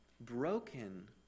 broken